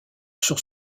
sur